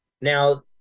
Now